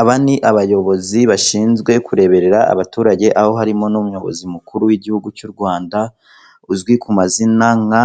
Aba ni abayobozi bashinzwe kureberera abaturage aho harimo n'umuyobozi mukuru w'Igihugu cy'u Rwanda, uzwi ku mazina nka